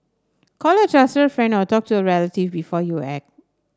call a trusted friend or talk to a relative before you act